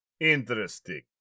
interesting